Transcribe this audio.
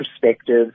perspective